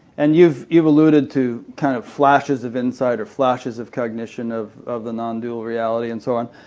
and you've you've alluded to kind of flashes of insight or flashes of cognition of of the nondual reality and so on,